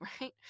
right